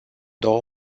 două